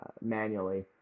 manually